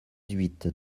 huit